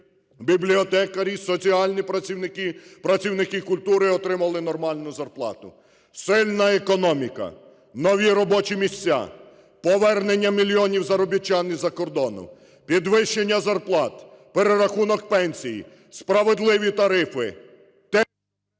бібліотекарі, соціальні працівники, працівники культури отримали нормальну зарплату. Сильна економіка, нові робочі місця, повернення мільйонів заробітчан із-за кордону, підвищення зарплат, перерахунок пенсій, справедливі тарифи…